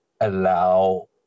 allow